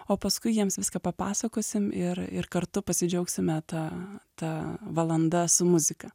o paskui jiems viską papasakosim ir ir kartu pasidžiaugsime ta ta valanda su muzika